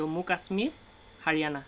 Jammu Kashmir Haryana